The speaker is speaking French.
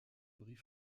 brie